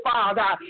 Father